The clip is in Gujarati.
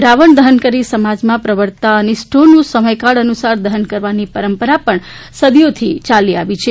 રાવણ દહન કરીને સમાજમાં પ્રવર્તતા અનિષ્ટોનું સમયકાળ અનુસાર દહન કરવાની પરંપરા પણ સદીઓની ચાલતી આવી છે